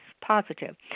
positive